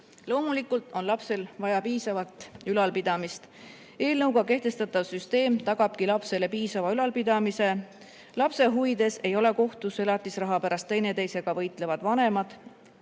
on? Loomulikult on lapsel vaja piisavat ülalpidamist. Eelnõuga kehtestatav süsteem tagabki lapsele piisava ülalpidamise. Lapse huvides ei ole kohtus elatisraha pärast teineteisega võitlevad vanemad